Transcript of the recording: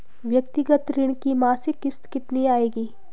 व्यक्तिगत ऋण की मासिक किश्त कितनी आएगी?